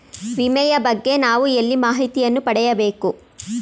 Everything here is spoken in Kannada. ವಿಮೆಯ ಬಗ್ಗೆ ನಾವು ಎಲ್ಲಿ ಮಾಹಿತಿಯನ್ನು ಪಡೆಯಬೇಕು?